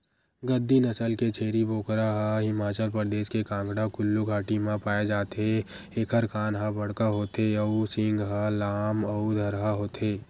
गद्दी नसल के छेरी बोकरा ह हिमाचल परदेस के कांगडा कुल्लू घाटी म पाए जाथे एखर कान ह बड़का होथे अउ सींग ह लाम अउ धरहा होथे